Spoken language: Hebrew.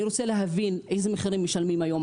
אני רוצה להבין איזה מחירים משלמים היום?